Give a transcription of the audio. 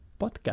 podcast